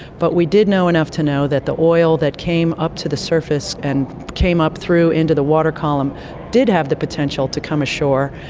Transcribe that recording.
but we did know enough to know that the oil that came up to the surface and came up through into the water column did have the potential to come ashore.